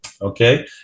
Okay